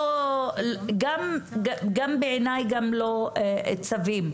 בעיניי גם לא צווים.